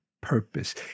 purpose